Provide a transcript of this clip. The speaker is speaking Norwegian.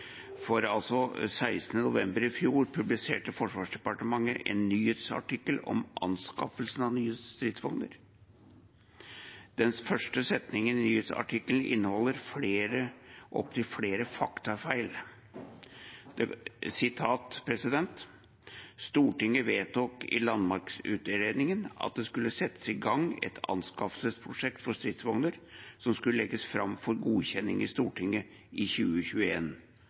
november i fjor publiserte Forsvarsdepartementet en nyhetsartikkel om anskaffelsen av nye stridsvogner. Den første setningen i artikkelen inneholder opptil flere faktafeil: «Stortinget vedtok i Landmaktutredningen at det skulle settes i gang et anskaffelsesprosjekt for stridsvogner, som skulle legges frem for godkjenning i Stortinget i